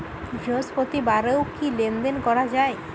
বৃহস্পতিবারেও কি লেনদেন করা যায়?